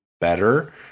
better